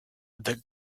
that